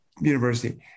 university